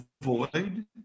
avoid